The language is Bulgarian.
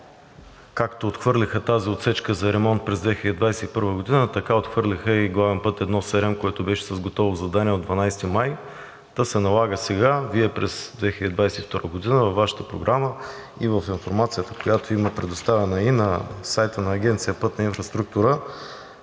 както отхвърлиха тази отсечка за ремонт през 2021 г., така отхвърлиха и главен път I-7, който беше с готово задание от 12 май, та сега се налага Вие през 2022 г. във Вашата програма – и в информацията, която има предоставена, и на сайта на Агенция „Пътна инфраструктура“,